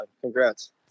Congrats